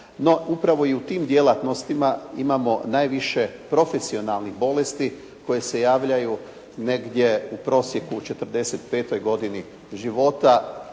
No, upravo i u tim djelatnostima imamo najviše profesionalnih bolesti koje se javljaju negdje u prosjeku 45. godini života,